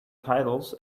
titles